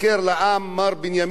מר בנימין נתניהו,